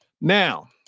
Now